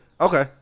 Okay